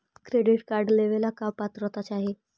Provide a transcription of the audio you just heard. Credit card लेवेला का पात्रता चाही?